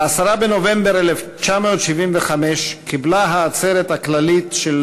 ב-10 בנובמבר 1975 קיבלה העצרת הכללית של